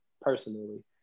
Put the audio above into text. personally